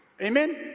Amen